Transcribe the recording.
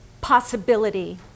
possibility